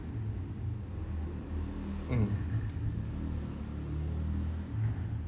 mm